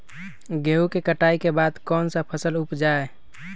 गेंहू के कटाई के बाद कौन सा फसल उप जाए?